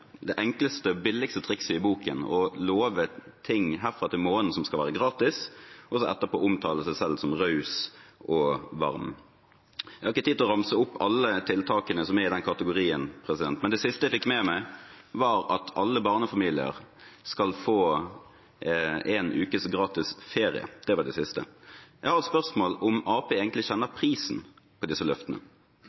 det enkleste og billigste trikset i boken: å love ting herfra til månen som skal være gratis, og så etterpå omtale seg selv som raus og varm. Jeg har ikke tid til å ramse opp alle tiltakene som er i den kategorien, men det siste jeg fikk med meg, var at alle barnefamilier skal få en ukes gratis ferie. Det var det siste. Jeg har et spørsmål om Arbeiderpartiet egentlig kjenner prisen på disse løftene.